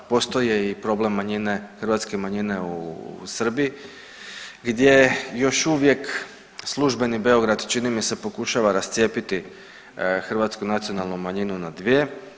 Postoje problem hrvatske manjine u Srbiji gdje još uvijek službeni Beograd čini mi se pokušava rascijepiti Hrvatsku nacionalnu manjinu na dvije.